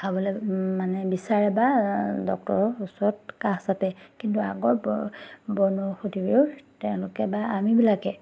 খাবলে মানে বিচাৰে বা ডক্টৰৰ ওচৰত কাষ চাপে কিন্তু আগৰ বনৌষধিবোৰ তেওঁলোকে বা আমিবিলাকে